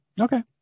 Okay